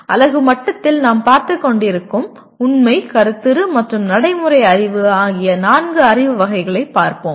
அலகு மட்டத்தில் நாம் பார்த்துக் கொண்டிருக்கும் உண்மை கருத்துரு மற்றும் நடைமுறை அறிவு ஆகிய நான்கு அறிவு வகைளைபார்ப்போம்